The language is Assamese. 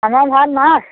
আমাৰ ঘৰত মাছ